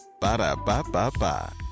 Ba-da-ba-ba-ba